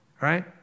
right